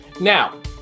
Now